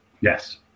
Yes